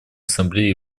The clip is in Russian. ассамблеи